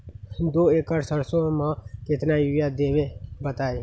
दो एकड़ सरसो म केतना यूरिया देब बताई?